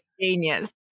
Genius